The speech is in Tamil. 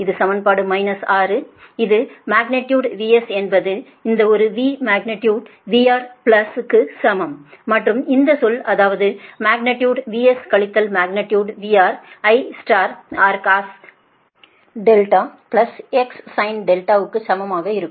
இது சமன்பாடு 6 இது மக்னிடியுடு VS என்பது இந்த ஒரு V மக்னிடியுடு VR பிளஸ் க்கு சமம் மற்றும் இந்த சொல் அதாவது மக்னிடியுடு VS கழித்தல் மக்னிடியுடு VR IRcos δXsin δ க்கு சமமாக இருக்கும்